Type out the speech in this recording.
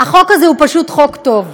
החוק הזה הוא פשוט חוק טוב,